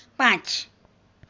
પાંચ